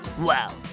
wow